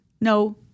no